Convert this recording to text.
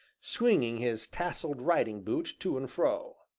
swinging his tasselled riding-boot to and fro.